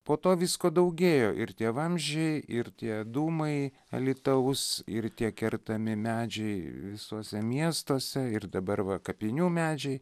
po to visko daugėjo ir tie vamzdžiai ir tie dūmai alytaus ir tie kertami medžiai visuose miestuose ir dabar va kapinių medžiai